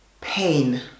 pain